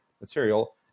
material